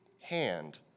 hand